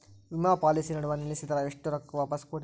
ವಿಮಾ ಪಾಲಿಸಿ ನಡುವ ನಿಲ್ಲಸಿದ್ರ ಎಷ್ಟ ರೊಕ್ಕ ವಾಪಸ್ ಕೊಡ್ತೇರಿ?